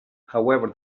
however